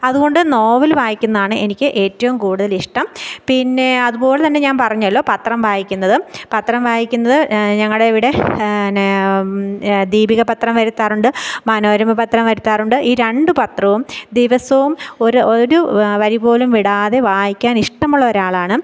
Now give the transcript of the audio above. അതു കൊണ്ട് നോവൽ വായിക്കുന്നതാണ് എനിക്ക് ഏറ്റവും കൂടുതലിഷ്ടം പിന്നെ അതുപോലെതന്നെ ഞാൻ പറഞ്ഞല്ലോ പത്രം വായിക്കുന്നതും പത്രം വായിക്കുന്നത് ഞങ്ങളുടെ ഇവിടെ നേ ദീപിക പത്രം വരുത്താറുണ്ട് മനോരമ പത്രം വരുത്താറുണ്ട് ഈ രണ്ട് പത്രവും ദിവസവും ഒരു ഒരു വരി പോലും വിടാതെ വായിക്കാനിഷ്ടമുള്ള ഒരാളാണ്